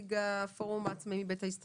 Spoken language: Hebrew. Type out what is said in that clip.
נציג הפורום העצמאות, בית ההסתדרות.